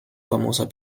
famosa